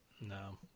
No